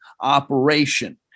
operation